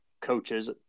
coaches